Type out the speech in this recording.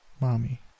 Mommy